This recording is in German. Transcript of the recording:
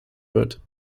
wird